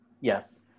Yes